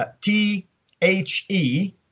T-H-E